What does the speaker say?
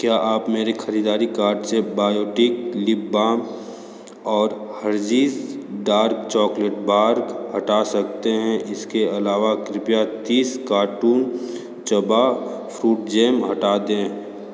क्या आप मेरे ख़रीददारी कार्ट से बायोटीक लिप बाम और हरज़ीज़ डार्क चॉकलेट बार हटा सकते हैं इसके अलावा कृपया तीस कार्टून चबा फ्रूट जैम हटा दें